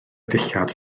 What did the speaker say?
dillad